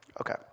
Okay